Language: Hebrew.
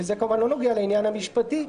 שזה כמובן לא נוגע לעניין המשפטי,